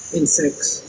insects